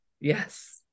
yes